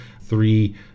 three